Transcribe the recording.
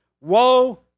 Woe